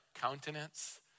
countenance